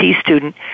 student